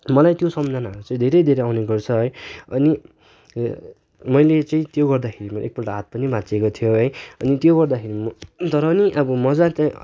मलाई त्यो सम्झनाहरू चाहिँ धेरै धेरै आउने गर्छ है अनि मैले चाहिँ त्यो गर्दाखेरि एकपल्ट हात पनि भाँच्चिएको थियो है अनि त्यो गर्दाखेरि म तर पनि अब मजा त